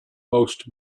most